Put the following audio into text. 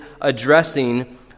addressing